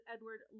Edward